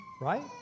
right